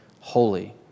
holy